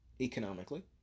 economically